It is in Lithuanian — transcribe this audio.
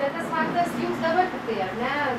bet tas faktas jums dabar tiktai ar ne